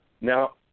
Now